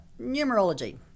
numerology